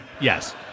Yes